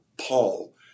Paul